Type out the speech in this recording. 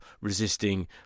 resisting